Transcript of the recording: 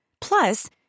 Plus